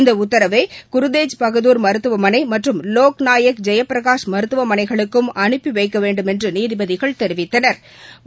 இந்த உத்தரவை குருதேஜ்பகதுா் மருத்துவமனை மற்றும் லோக் நாயக் ஜெயபிரகாஷ் மருத்துவ மனைக்குளுக்கும் அனுப்பி வைக்க வேண்டுமென்று நீதிபதிகள் தெரிவித்தனா்